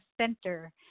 center